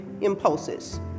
impulses